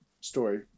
story